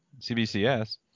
CBCS